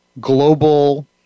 global